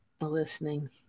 listening